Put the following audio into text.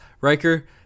Riker